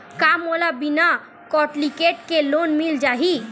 का मोला बिना कौंटलीकेट के लोन मिल जाही?